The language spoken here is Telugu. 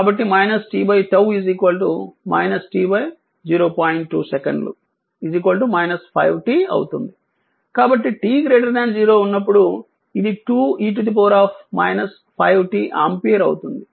2 సెకన్లు 5t అవుతుంది కాబట్టి t 0 ఉన్నప్పుడు ఇది 2e 5t ఆంపియర్ అవుతుంది